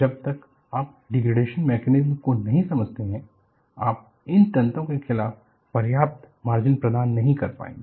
जब तक आप डिग्रेडेशन मैकेनिज़्म को नहीं समझते हैं आप इन तंत्रों के खिलाफ पर्याप्त मार्जिन प्रदान नहीं कर पाएंगे